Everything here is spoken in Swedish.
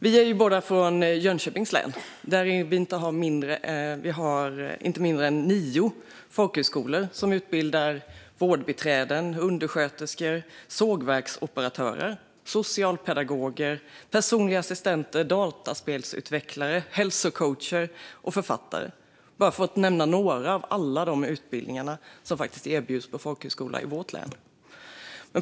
Vi är båda från Jönköpings län, där vi har inte mindre än nio folkhögskolor som utbildar vårdbiträden, undersköterskor, sågverksoperatörer, socialpedagoger, personliga assistenter, dataspelsutvecklare, hälsocoacher och författare - bara för att nämna några av alla de utbildningar som faktiskt erbjuds på folkhögskolor i vårt län.